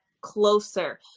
closer